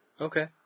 Okay